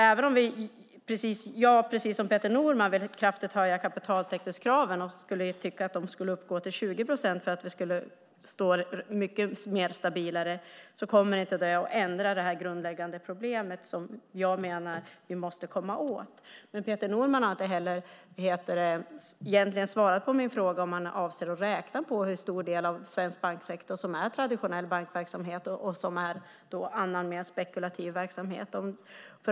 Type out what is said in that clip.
Även om jag, precis som Peter Norman, vill höja kapitaltäckningskraven kraftigt och tycker att de skulle uppgå till 20 procent för att vi ska stå stabilare kommer det inte att ändra det grundläggande problemet som jag menar att vi måste komma åt. Peter Norman har inte svarat på min fråga om han avser att räkna på hur stor del av svensk banksektor som är traditionell verksamhet och hur stor del som är annan mer spekulativ verksamhet.